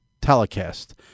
telecast